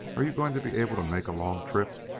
are you going to be able to make a long trip?